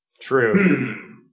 True